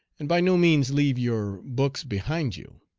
and by no means leave your books behind you.